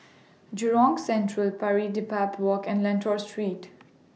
Jurong Central Pari Dedap Walk and Lentor Street